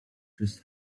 just